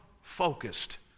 focused